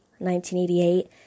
1988